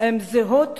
זהות